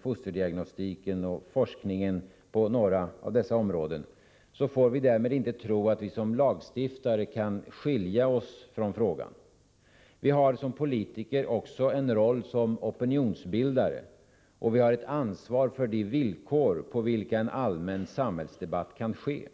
fosterdiagnostiken och forskningen, så får vi därmed inte tro att vi som lagstiftare kan skilja oss från frågan. Vi har som politiker också en roll som opinionsbildare, och vi har ett ansvar för de villkor på vilka en allmän samhällsdebatt kan ske.